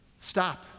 Stop